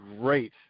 great